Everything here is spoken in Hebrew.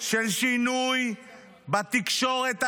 של שינוי בתקשורת הישראלית,